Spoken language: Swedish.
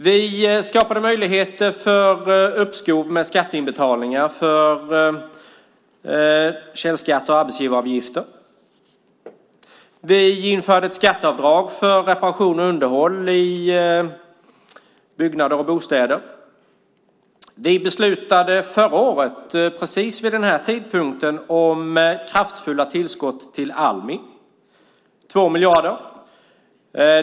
Vi skapade möjligheter för uppskov med skatteinbetalningar för källskatt och arbetsgivaravgifter. Vi införde ett skatteavdrag för reparation och underhåll i byggnader och bostäder. Vi beslutade förra året, precis vid den här tidpunkten, om kraftfulla tillskott till Almi - 2 miljarder.